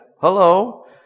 Hello